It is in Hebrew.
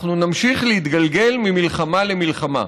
אנחנו נמשיך להתגלגל ממלחמה למלחמה.